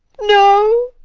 no!